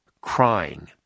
crying